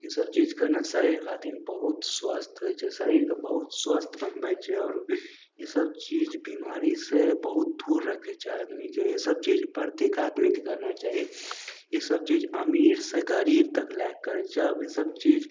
ईसब चीज करना शरीर खातिर बहुत स्वस्थ होइ छै शरीरके बहुत स्वस्थ बनबय छै आओर ईसब चीज बीमारीसँ बहुत दूर रखय छै आदमीके ईसब चीज प्रत्येक आदमीके करना चाही ईसब चीज अमीरसँ गरीब तक लए करय छै आब ईसब चीज